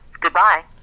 Goodbye